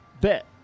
bet